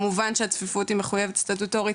כמובן שהצפיפות היא מחויבת סטטוטורית,